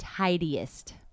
tidiest